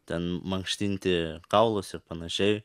ten mankštinti kaulus ir panašiai